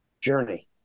journey